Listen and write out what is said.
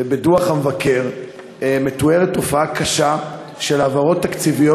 בדוח המבקר מתוארת תופעה קשה של העברות תקציביות